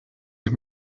ich